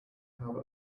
have